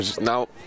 Now